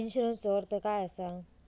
इन्शुरन्सचो अर्थ काय असा?